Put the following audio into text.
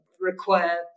require